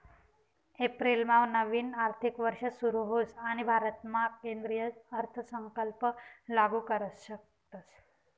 एप्रिलमा नवीन आर्थिक वर्ष सुरू होस आणि भारतामा केंद्रीय अर्थसंकल्प लागू करू शकतस